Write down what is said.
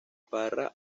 parra